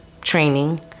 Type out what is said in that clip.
training